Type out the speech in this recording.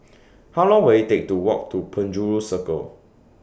How Long Will IT Take to Walk to Penjuru Circle